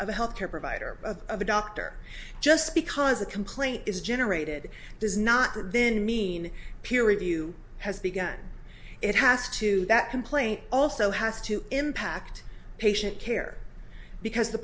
a health care provider of a doctor just because a complaint is generated does not then mean peer review has begun it has to that complaint also has to impact patient care because the